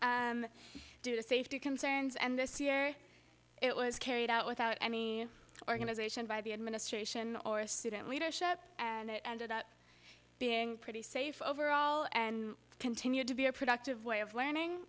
to safety concerns and this year it was carried out without any organization by the administration or student leadership and it ended up being pretty safe overall and continued to be a productive way of learning